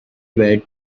were